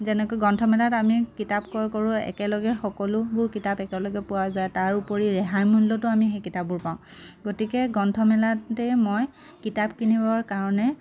যেনেকৈ গ্ৰন্থমেলাত আমি কিতাপ ক্ৰয় কৰোঁ একেলগে সকলোবোৰ কিতাপ একেলগে পোৱা যায় তাৰ উপৰি ৰেহাই মূল্যটো আমি সেই কিতাপবোৰ পাওঁ গতিকে গ্ৰন্থমেলাতেই মই কিতাপ কিনিবৰ কাৰণে